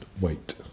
wait